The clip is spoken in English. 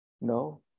No